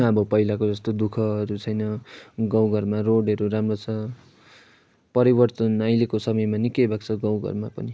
अब पहिलाको जस्तो दु खहरू छैन गाउँ घरमा रोडहरू राम्रो छ परिवर्तन अहिलेको समयमा निकै भएको छ गाउँ घरमा पनि